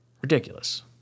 ridiculous